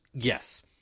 Yes